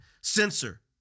censor